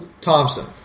Thompson